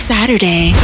Saturday